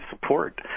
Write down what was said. support